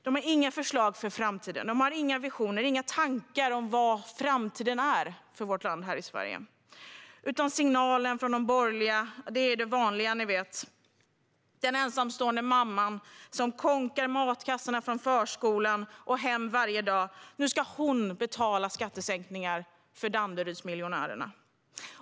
De har inga förslag för framtiden, inga visioner och inga tankar om vad framtiden för vårt land är. Signalen från de borgerliga är den gamla vanliga: Den ensamstående mamman som kånkar matkassar från förskolan och hem varje dag ska betala skattesänkningar för Danderydsmiljonärerna.